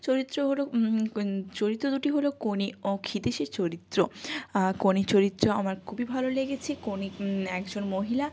চরিত্র হলো চরিত্র দুটি হলো কোনি ও ক্ষিতিশের চরিত্র কোনির চরিত্র আমার খুবই ভালো লেগেছে কোনি একজন মহিলা